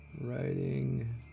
writing